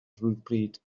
rhywbryd